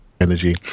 energy